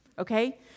Okay